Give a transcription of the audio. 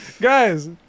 guys